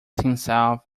himself